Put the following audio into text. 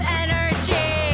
energy